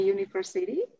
University